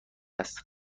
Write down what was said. است